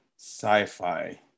sci-fi